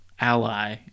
ally